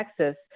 Texas